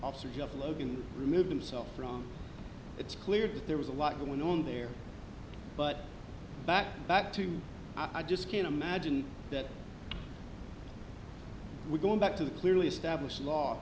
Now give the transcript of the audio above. officer jeff logan removed himself from it's clear that there was a lot going on there but back back to i just can't imagine that we're going back to the clearly established law